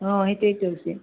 অঁ সেইটোৱেতো হৈছে